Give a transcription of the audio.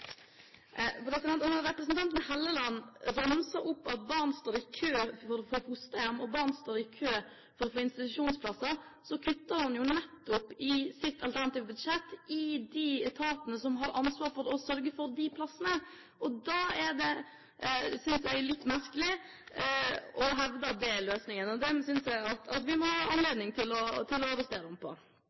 Representanten Hofstad Helleland ramser opp at barn står i kø for å få fosterhjemsplass, og barn står i kø for å få institusjonsplasser, men i sitt alternative budsjett kutter de nettopp i bevilgningene til de etatene som har ansvaret for disse plassene. Da synes jeg det er litt merkelig å hevde at det er løsningen. Det synes jeg at vi må ha anledning til å